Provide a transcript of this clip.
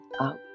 out